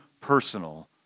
personal